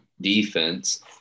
defense